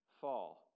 fall